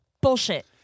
bullshit